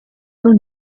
non